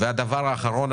והדבר האחרון,